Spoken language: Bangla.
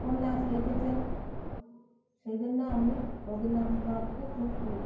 উপন্যাস লিখেছেন সেই জন্য আমি রবীন্দ্র্রনাথকে খুব কী